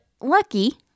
lucky